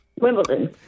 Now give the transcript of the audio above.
Wimbledon